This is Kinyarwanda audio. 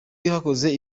yanakoze